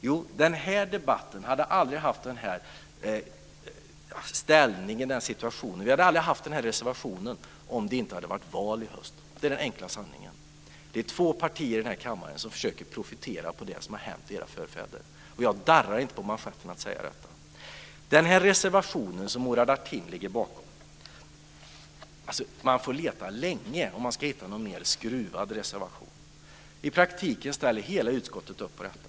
Jo, den här debatten hade aldrig haft den här utformningen och vi hade aldrig haft den här reservationen, om det inte hade varit val i höst. Det är den enkla sanningen. Två partier i den här kammaren försöker profitera på det som har hänt era förfäder. Jag darrar inte på manschetten när jag säger detta. Man får leta länge för att hitta en mer skruvad reservation än den som Murad Artin ligger bakom. I praktiken ställer hela utskottet upp på detta.